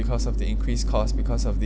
because of the increase cost because of